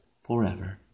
forever